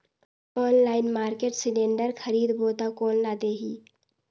Online market cylinder खरीदबो ता कोन ला देही?